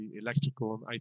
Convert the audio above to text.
electrical